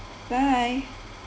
bye